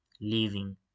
leaving